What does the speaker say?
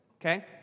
okay